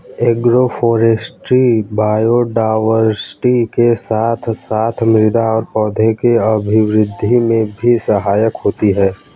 agroforestry biodiversity के साथ साथ मृदा और पौधों के अभिवृद्धि में भी सहायक होती है